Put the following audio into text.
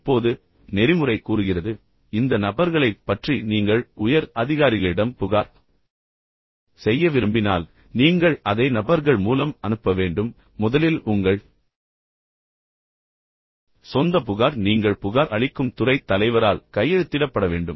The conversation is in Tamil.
இப்போது நெறிமுறை கூறுகிறது இந்த நபர்களைப் பற்றி நீங்கள் உயர் அதிகாரிகளிடம் புகார் செய்ய விரும்பினால் நீங்கள் அதை நபர்கள் மூலம் அனுப்ப வேண்டும் முதலில் உங்கள் சொந்த புகார் நீங்கள் புகார் அளிக்கும் துறைத் தலைவரால் கையெழுத்திடப்பட வேண்டும்